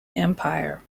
empire